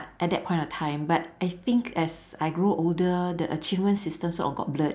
at that point of time but I think as I grew older the achievement system sort of got blurred